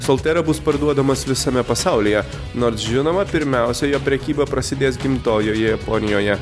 soltera bus parduodamas visame pasaulyje nors žinoma pirmiausia jo prekyba prasidės gimtojoje japonijoje